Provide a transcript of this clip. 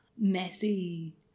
messy